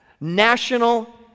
national